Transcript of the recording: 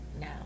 now